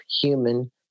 human